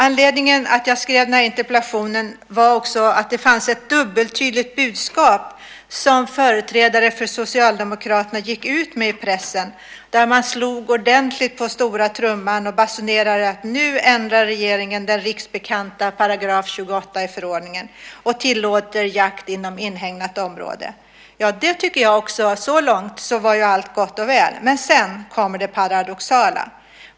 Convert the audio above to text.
Anledningen till att jag skrev den här interpellationen var också att det fanns ett dubbeltydigt budskap som företrädare för Socialdemokraterna gick ut med i pressen. Man slog ordentligt på stora trumman och basunerade ut att nu ändrar regeringen den riksbekanta § 28 i förordningen och tillåter jakt inom inhägnat område. Så långt var allt gott och väl. Men sedan kommer det paradoxala.